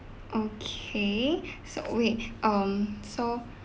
okay so wait um so